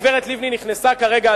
הגברת לבני נכנסה כרגע,